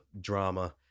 drama